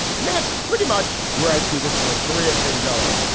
and that's pretty much where i see this north korea thing going.